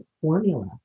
formula